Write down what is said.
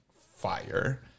fire